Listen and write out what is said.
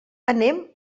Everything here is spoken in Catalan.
anem